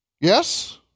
Yes